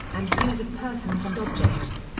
and views of persons and objects.